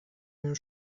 your